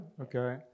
Okay